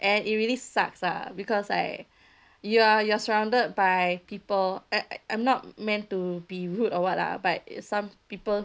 and it really sucks lah because like you are you're surrounded by people eh I'm not meant to be rude or [what] lah but some people